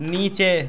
नीचे